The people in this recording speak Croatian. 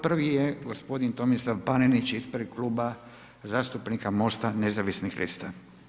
Prvi je gospodin Tomislav Panenić ispred Kluba zastupnika MOST-a nezavisnih lista.